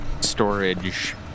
storage